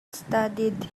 studied